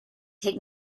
take